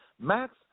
Max